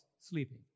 sleeping